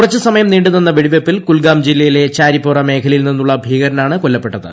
കുറച്ച് സമയ്ം നീണ്ടു നിന്ന വെടിവെപ്പിൽ കുൽഗാം ജില്ലയിലെ ചാരിപ്പോറ മേഖലയിൽ നിന്നുള്ള ് ഭീകരനാണ് കൊല്ലപ്പെട്ടത്